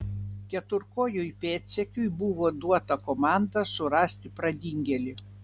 keturkojui pėdsekiui buvo duota komanda surasti pradingėlį